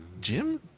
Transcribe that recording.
Jim